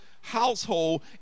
household